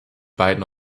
beiden